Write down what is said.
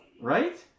Right